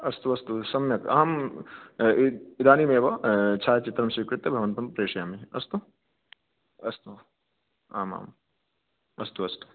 अस्तु अस्तु सम्यक् अहं इदानीमेव छायाचित्रं स्वीकृत्य भवन्तं प्रेषयामि अस्तु अस्तु आम् आम् अस्तु अस्तु